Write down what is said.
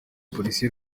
polisi